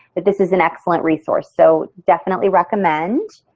this is an excellent resource so definitely recommend.